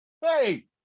Hey